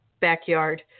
backyard